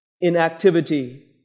inactivity